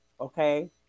Okay